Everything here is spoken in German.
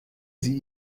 sie